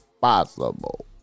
possible